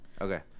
okay